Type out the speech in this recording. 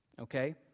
Okay